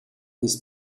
his